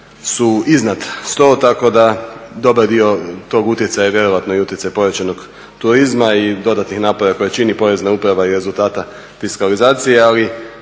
su iznad 100 tako da dobar dio tog utjecaja je vjerojatno i utjecaj povećanog turizma i dodatnih napora koje čini porezna uprava i rezultati fiskalizacije. Ali